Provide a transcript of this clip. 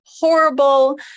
horrible